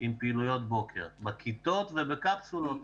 עם פעילויות בוקר, בכיתות ובקפסולות.